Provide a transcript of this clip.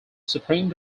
supreme